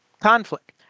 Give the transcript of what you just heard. conflict